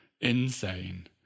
insane